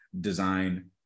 design